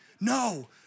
No